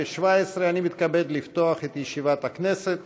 אני מתכבד לפתוח את ישיבת הכנסת.